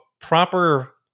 proper